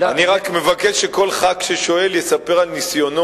אני רק מבקש שכל חבר כנסת ששואל יספר על ניסיונו